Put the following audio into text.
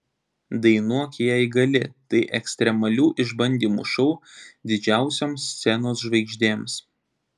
dainuok jei gali tai ekstremalių išbandymų šou didžiausioms scenos žvaigždėms